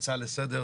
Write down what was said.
הצעה לסדר,